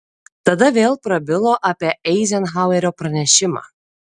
tada vėl prabilo apie eizenhauerio pranešimą